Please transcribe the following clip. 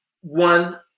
one